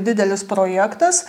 didelis projektas